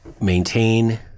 Maintain